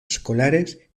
escolares